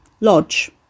Lodge